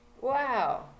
wow